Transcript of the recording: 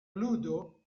ludo